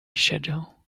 schedule